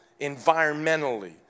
environmentally